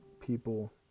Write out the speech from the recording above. people